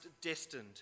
destined